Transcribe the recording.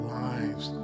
lives